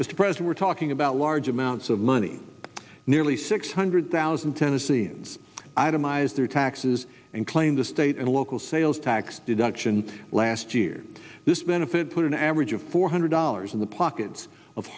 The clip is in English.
this present we're talking about large amounts of money nearly six hundred thousand tennesseans itemize their taxes including the state and local sales tax deduction last year this benefit put an average of four hundred dollars in the pockets of